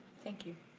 thank you.